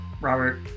Robert